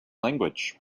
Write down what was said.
language